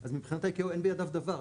אז מבחינת ה-ICAO אין בידיו דבר,